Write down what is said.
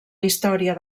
història